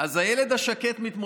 הילד השקט.